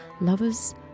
Lovers